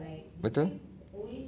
betul